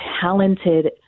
talented